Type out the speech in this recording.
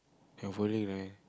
hopefully right